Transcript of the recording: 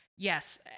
Yes